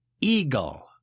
eagle